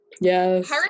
yes